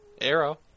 arrow